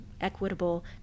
equitable